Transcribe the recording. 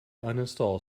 uninstall